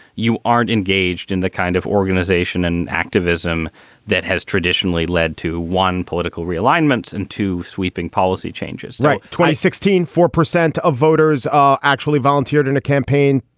you aren't engaged in the kind of organization and activism that has traditionally led to, one, political realignments and to sweeping policy changes. so sixteen, four percent of voters ah actually volunteered in a campaign.